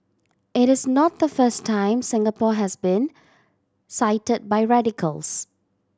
it is not the first time Singapore has been cited by radicals